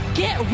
get